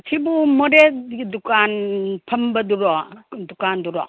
ꯁꯤꯕꯨ ꯃꯣꯔꯦꯒꯤ ꯗꯨꯀꯥꯟ ꯐꯝꯕꯗꯨꯔꯣ ꯗꯨꯀꯥꯟꯗꯨꯔꯣ